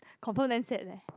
confirm damn sad leh